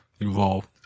involved